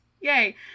Yay